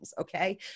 Okay